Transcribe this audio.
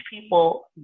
people